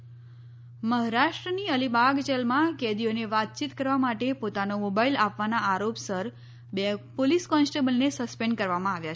Alibag jail Arnab મહારાષ્ટ્રની અલીબાગ જેલમાં કેદીઓને વાતચીત કરવા માટે પોતાનો મોબાઈલ આપવાનાં આરોપ સર બે પોલીસ કોન્સ્ટેબલને સસ્પેન્ડ કરવામાં આવ્યા છે